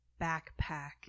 backpack